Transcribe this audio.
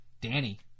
Danny